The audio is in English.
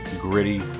gritty